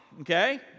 okay